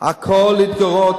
זה לא הכול להתגרות, זה לא נכון.